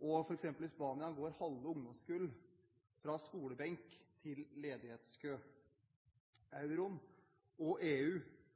For eksempel i Spania går halve ungdomskull fra skolebenk til ledighetskø. Euroen og EU,